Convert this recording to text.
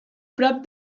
prop